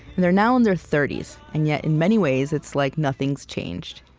and they're now in their thirty s. and yet in many ways it's like nothing's changed